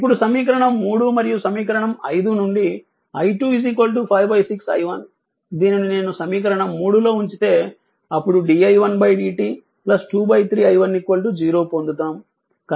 ఇప్పుడు సమీకరణం 3 మరియు సమీకరణం 5 నుండి i2 5 6 i1 దీనిని నేను సమీకరణం 3 లో ఉంచితే అప్పుడు di1 dt 23 i1 0 పొందుతాము